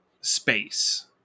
space